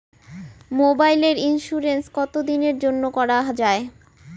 মোবাইলের ইন্সুরেন্স কতো দিনের জন্যে করা য়ায়?